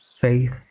faith